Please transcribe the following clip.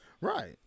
Right